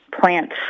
plant